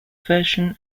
version